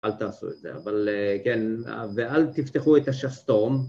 אל תעשו את זה, אבל כן, ואל תפתחו את השסתום